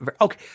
Okay